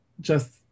just-